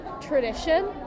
tradition